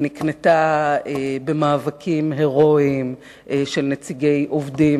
היא נקנתה במאבקים הירואיים של נציגי עובדים,